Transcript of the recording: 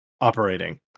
operating